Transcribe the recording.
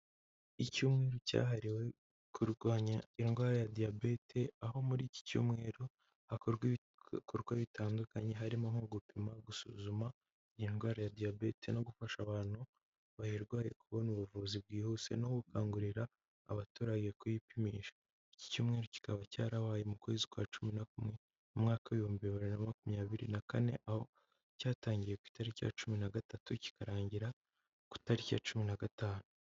Icyumweru cyahariwe kurwanya indwara ya diyabete aho muri iki cyumweru hakorwa ibikorwa bitandukanye harimo nko gupima, gusuzuma iyi ndwara ya diyabete no gufasha abantu bayirwaye kubona ubuvuzi bwihuse no gukangurira abaturage kuyipimisha. Iki cyumweru kikaba cyarabaye mu kwezi kwa cumi na kumwe mu mwaka ibihumbi bibiri na makumyabiri na kane aho cyatangi ku itariki ya cumi na gatatu kikarangira ku itariki ya cumi na gatanu.